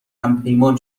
همپیمان